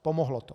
Pomohlo to.